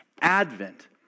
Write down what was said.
Advent